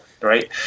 right